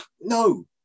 no